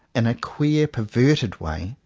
in a queer perverted way,